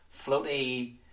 floaty